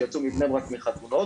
שיצאו מבני ברק מחתונות,